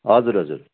हजुर हजुर